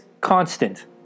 constant